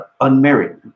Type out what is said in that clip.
unmarried